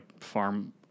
farm